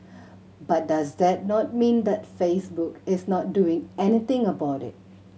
but does that not mean that Facebook is not doing anything about it